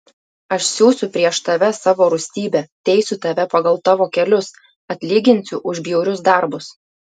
aš siųsiu prieš tave savo rūstybę teisiu tave pagal tavo kelius atlyginsiu už bjaurius darbus